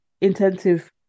intensive